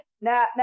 now